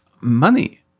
Money